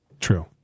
true